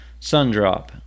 Sundrop